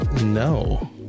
No